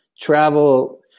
travel